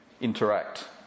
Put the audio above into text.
interact